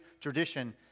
tradition